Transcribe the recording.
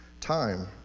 time